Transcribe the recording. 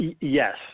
Yes